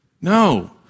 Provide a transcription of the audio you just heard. No